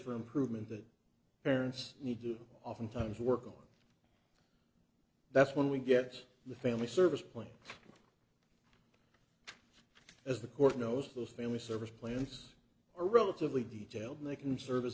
for improvement that parents need to oftentimes work on that's when we get the family service plan as the court knows those family service plans are relatively detailed they can serve as